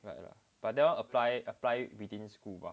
but like but that [one] apply apply within school bah